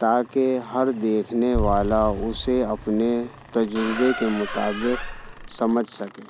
تاکہ ہر دیکھنے والا اسے اپنے تجربے کے مطابق سمجھ سکے